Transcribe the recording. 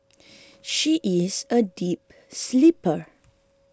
she is a deep sleeper